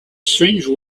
strange